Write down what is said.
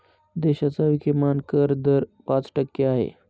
देशाचा किमान कर दर पाच टक्के आहे